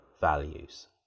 values